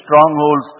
strongholds